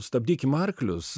stabdykim arklius